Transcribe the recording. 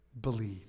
Believe